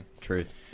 Truth